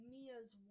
Mia's